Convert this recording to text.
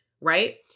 Right